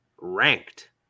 ranked